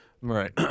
Right